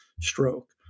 stroke